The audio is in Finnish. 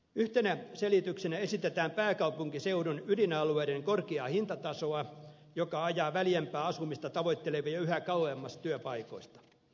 yhtenä selityksenä esitetään pääkaupunkiseudun ydinalueiden korkeaa hintatasoa joka ajaa väljempää asumista tavoittelevia yhä kauemmas työpaikoista